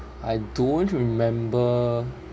I don't remember